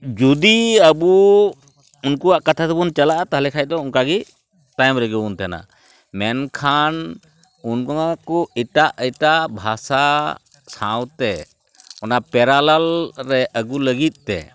ᱡᱩᱫᱤ ᱟᱵᱳ ᱩᱱᱠᱩᱣᱟᱜ ᱠᱟᱛᱷᱟ ᱛᱮᱵᱚᱱ ᱪᱟᱞᱟᱜᱼᱟ ᱛᱟᱦᱚᱞᱮ ᱠᱷᱟᱱ ᱫᱚ ᱚᱱᱠᱟᱜᱮ ᱛᱟᱭᱚᱢ ᱨᱮᱜᱮᱵᱚᱱ ᱛᱟᱦᱮᱱᱟ ᱢᱮᱱᱠᱷᱟᱱ ᱩᱱᱠᱩᱢᱟᱠᱚ ᱮᱴᱟᱜ ᱮᱴᱟᱜ ᱵᱷᱟᱥᱟ ᱥᱟᱶᱛᱮ ᱚᱱᱟ ᱯᱮᱨᱟᱞᱟᱞ ᱨᱮ ᱟᱹᱜᱩ ᱞᱟᱹᱜᱤᱫ ᱛᱮ